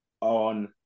on